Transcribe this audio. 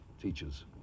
teachers